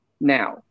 Now